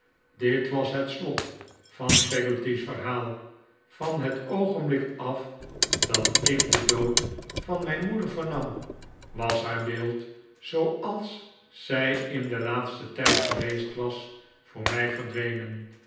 dit was het slot van peggotty's verhaal van het bogenblik af dat ik den dood van mijn moeder vernam was haar beeld zooals zij in den laatsten tijd geweest was voor mij verdwenen